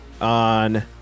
on